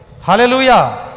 Hallelujah